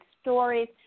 stories